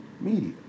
media